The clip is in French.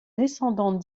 descendant